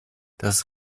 das